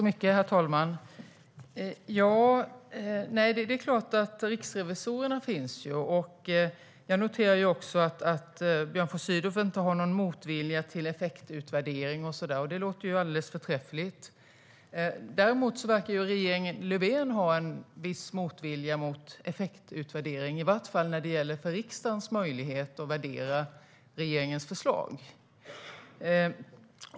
Herr talman! Ja, det är klart; riksrevisorerna finns ju. Jag noterar också att Björn von Sydow inte har någon motvilja mot effektutvärdering och sådant. Det låter ju alldeles förträffligt. Däremot verkar regeringen Löfven ha en viss motvilja mot effektutvärdering, i vart fall när det gäller riksdagens möjlighet att värdera regeringens förslag.